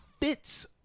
Fits